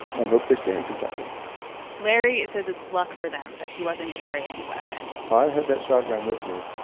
and hope they stay in kentucky larry says it's luck for them that he wasn't carrying a weapon if i had had that shotgun with me,